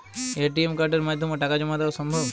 ATM কার্ডের মাধ্যমে টাকা জমা দেওয়া সম্ভব?